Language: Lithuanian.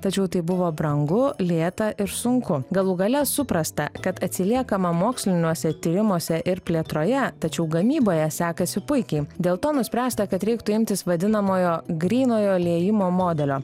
tačiau tai buvo brangu lėta ir sunku galų gale suprasta kad atsiliekama moksliniuose tyrimuose ir plėtroje tačiau gamyboje sekasi puikiai dėl to nuspręsta kad reiktų imtis vadinamojo grynojo liejimo modelio